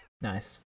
Nice